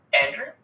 Andrew